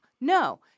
No